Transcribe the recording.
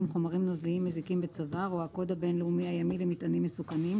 חומרים נוזליים מזיקים בצובר או הקוד הבין-לאומי הימי למטענים מסוכנים,